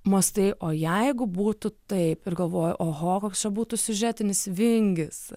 mąstai o jeigu būtų taip ir galvoju oho koks čia būtų siužetinis vingis